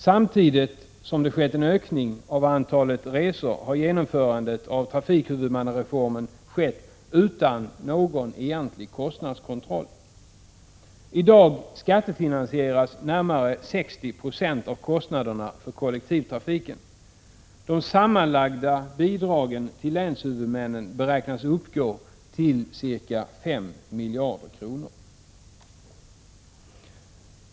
Samtidigt som det skett en ökning av antalet resor har genomförandet av trafikhuvudmannareformen skett utan någon egentlig kostnadskontroll. I dag skattefinansieras närmare 60 90 av kostnaderna för kollektivtrafiken. De sammanlagda bidragen till länshuvudmännen beräknas uppgå till ca 5 miljarder kronor.